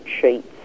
sheets